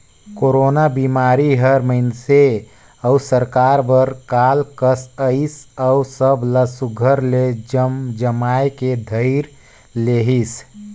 corona बिमारी हर मइनसे अउ सरकार बर काल कस अइस अउ सब ला सुग्घर ले जमजमाए के धइर लेहिस